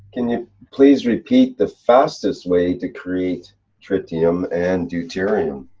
can you please repeat the fastest way to create tritium and deuterium?